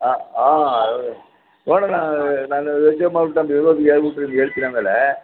ಆಂ ಆಂ ಹೌದು ನೋಡೋಣ ನಾನು ಯೋಚನೆ ಮಾಡ್ಬಿಟ್ಟು ನಾನು ಡ್ರೈವರ್ಗೆ ಹೇಳ್ಬುಟ್ಟು ನಿಮಗೆ ಹೇಳ್ತೀನ್ ಆಮೇಲೆ